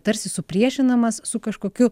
tarsi supriešinamas su kažkokiu